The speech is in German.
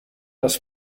dass